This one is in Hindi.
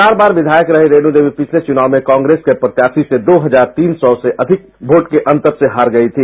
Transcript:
चार बार विधायक रही रेणु देवी पिछले चुनाव में कांग्रेस के प्रत्याशी से दो हजार तीन सौ से अधिक वोट के अंतर से हार गयी थी